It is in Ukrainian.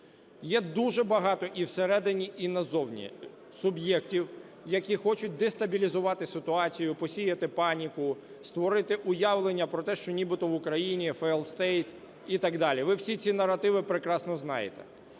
Є дуже багато і в середині, і назовні суб'єктів, які хочуть дестабілізувати ситуацію, посіяти паніку, створити уявлення про те, що нібито в Україні "фейл стейт" і так далі. Ви всі ці наративи прекрасно знаєте.